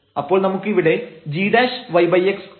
അപ്പോൾ നമുക്ക് ഇവിടെ g'yx ഉണ്ട്